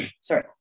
sorry